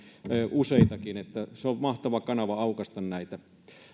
useitakin se on mahtava kanava aukaista näitä